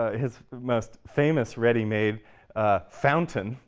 his most famous ready-made fountain,